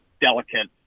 delicate